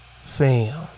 Fam